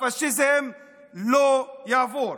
הפשיזם לא יעבור.